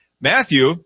Matthew